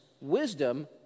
wisdom